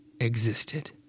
existed